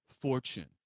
fortune